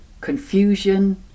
confusion